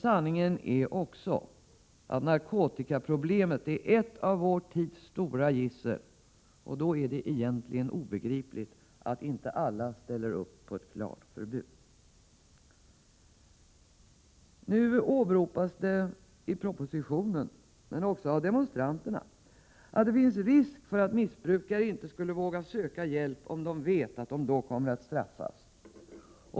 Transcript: Sanningen är också den att narkotikaproblemet är ett av vår tids stora gissel, och då är det egentligen obegripligt att inte alla ställer sig bakom ett klart förbud. Det åberopas i propositionen, men också av demonstranterna, att det finns risk för att missbrukare inte skulle våga söka hjälp om de vet att de kommer att straffas.